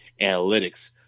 analytics